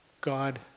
God